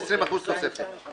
זה 20% תוספת.